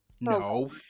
No